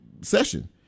session